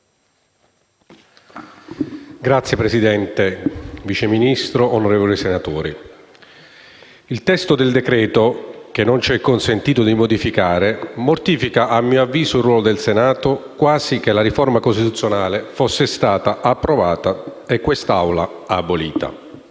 Signor Presidente, Vice Ministro, onorevoli senatori, il testo del decreto-legge, che non ci è consentito modificare, mortifica a mio avviso il ruolo del Senato, quasi che la riforma costituzionale fosse stata approvata e quest'Aula abolita.